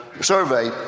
survey